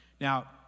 Now